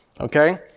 Okay